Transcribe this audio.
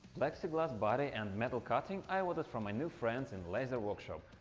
plexiglas body and metal cutting i ordered from my new friends in laser workshop.